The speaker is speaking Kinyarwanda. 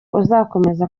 uzakomeza